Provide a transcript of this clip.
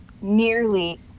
nearly